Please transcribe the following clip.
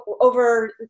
Over